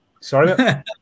Sorry